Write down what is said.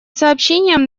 сообщениям